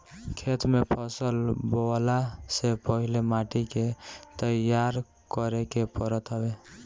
खेत में फसल बोअला से पहिले माटी के तईयार करे के पड़त हवे